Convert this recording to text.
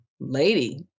lady